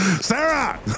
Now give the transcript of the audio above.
Sarah